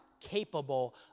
capable